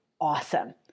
awesome